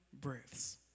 breaths